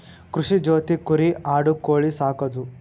ಕೃಷಿ ಜೊತಿ ಕುರಿ ಆಡು ಕೋಳಿ ಸಾಕುದು